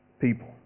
people